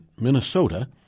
Minnesota